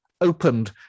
opened